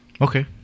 Okay